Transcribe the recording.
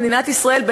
במדינת ישראל,